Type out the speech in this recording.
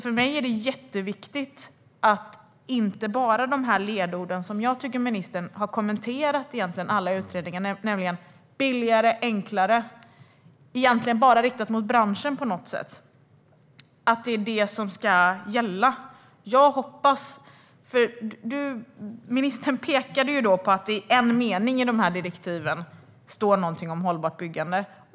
För mig är det viktigt att det inte bara är ledorden billigare och enklare som ska gälla. Det är ord som ministern har kommenterat i alla utredningar och som egentligen bara riktas till branschen. Ministern pekade på att det i en mening i direktivet står någonting om hållbart byggande.